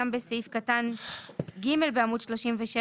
גם בסעיף קטן (ג) בעמוד 37,